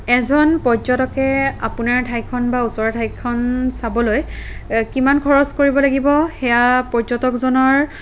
এজন পৰ্যটকে আপোনাৰ ঠাইখন বা ওচৰৰ ঠাইখন চাবলৈ কিমান খৰচ কৰিব লাগিব সেয়া পৰ্যকজনৰ